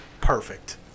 Perfect